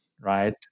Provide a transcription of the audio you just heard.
right